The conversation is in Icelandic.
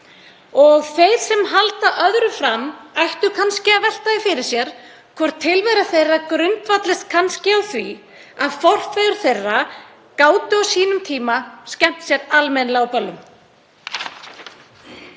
Og þeir sem halda öðru fram ættu að velta því fyrir sér hvort tilvera þeirra grundvallist kannski á því að forfeður þeirra gátu á sínum tíma skemmt sér almennilega á böllum.